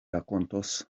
rakontos